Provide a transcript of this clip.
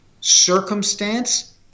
circumstance